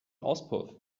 auspuff